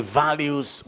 values